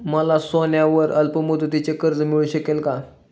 मला सोन्यावर अल्पमुदतीचे कर्ज मिळू शकेल का?